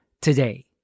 today